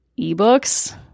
eBooks